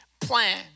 plan